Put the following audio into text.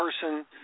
person